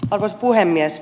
arvoisa puhemies